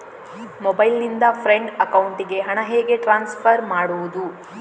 Mobile ನಿಂದ friend ಅಕೌಂಟಿಗೆ ಹಣ ಹೇಗೆ ಟ್ರಾನ್ಸ್ಫರ್ ಮಾಡುವುದು?